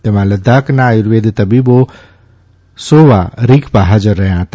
તેમાં લદ્દાખના આયુર્વેદ તબીબો સોવા રીગપા હાજર રહ્યા હતા